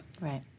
Right